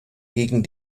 gegen